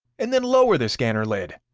and then lower the scanner lid.